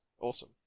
Awesome